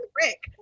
Rick